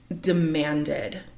demanded